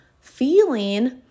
feeling